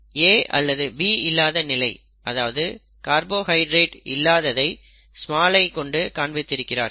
A அல்லது B இல்லாத நிலை அதாவது கார்போஹைட்ரேட் இல்லாததை i கொண்டு காண்பித்திருக்கிறார்கள்